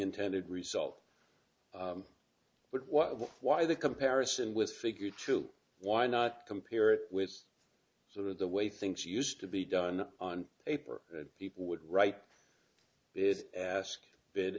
intended result but what why the comparison with figure two why not compare it with sort of the way things used to be done on paper that people would write is ask bid